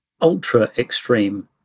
ultra-extreme